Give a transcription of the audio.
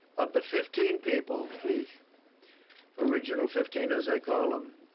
of the fifteen people, the original fifteen, as i call them,